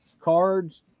cards